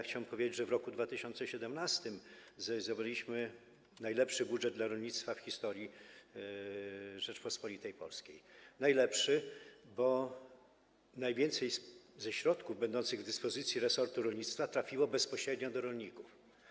Chciałem powiedzieć, że w roku 2017 zrealizowaliśmy najlepszy budżet dla rolnictwa w historii Rzeczypospolitej Polskiej, najlepszy, bo najwięcej środków będących w dyspozycji resortu rolnictwa trafiło bezpośrednio do rolników.